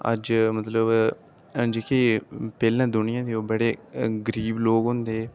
अज्ज मतलब जेह्की पैह्लें दुनियां थी ओह् बड़े गरीब लोक होंदे